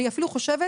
אני אפילו חושבת